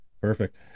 Perfect